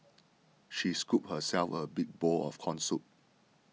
she scooped herself a big bowl of Corn Soup